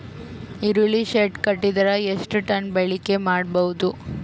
ಈರುಳ್ಳಿ ಶೆಡ್ ಕಟ್ಟಿದರ ಎಷ್ಟು ಟನ್ ಬಾಳಿಕೆ ಮಾಡಬಹುದು?